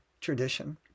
tradition